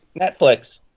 Netflix